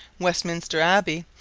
westminster abbey,